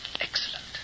Excellent